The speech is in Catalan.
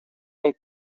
del